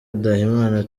ndahimana